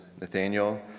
Nathaniel